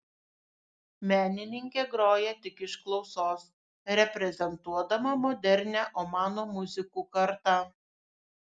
menininkė groja tik iš klausos reprezentuodama modernią omano muzikų kartą